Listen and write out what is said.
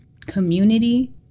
community